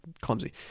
clumsy